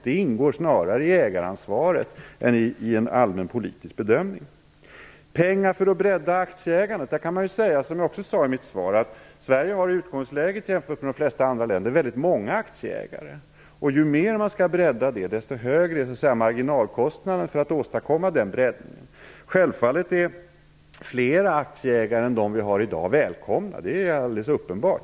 Det ingår snarare i ägaransvaret än i en allmän politisk bedömning. När det gäller pengar för att bredda aktieägandet sade jag i mitt svar att Sverige i utgångsläget har väldigt många aktieägare, jämfört med många andra länder. Ju mer man breddar det, desto högre blir marginalkostnaden för att åstadkomma den breddningen. Flera aktieägare än de vi har i dag är självfallet välkomna. Det är alldeles uppenbart.